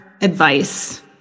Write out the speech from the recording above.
advice